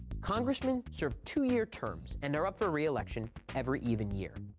congressmen serve two-year terms and are up for re-election every even year.